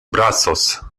brazos